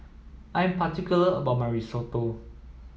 I am particular about my Risotto